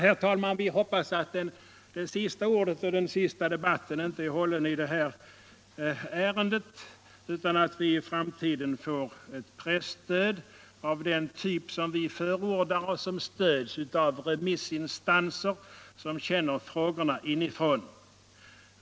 Herr talman! Vi hoppas att det sista ordet inte är sagt och den sista debatten inte hållen i det här ärendet utan att vi i framtiden får ett presstöd av den typ som vi förordar och som stöds av remissinstanser som känner frågorna inifrån.